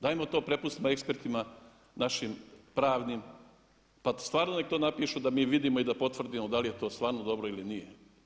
Dajmo to prepustimo ekspertima našim pravnim pa stvarno neka to napišu da mi vidimo i potvrdimo da li je to stvarno dobro ili nije.